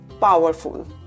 powerful